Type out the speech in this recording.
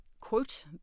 quote